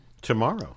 Tomorrow